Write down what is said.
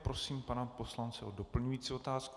Poprosím pana poslance o doplňující otázku.